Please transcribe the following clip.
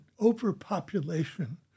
overpopulation